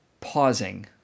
pausing